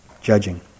judging